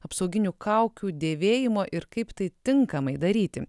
apsauginių kaukių dėvėjimo ir kaip tai tinkamai daryti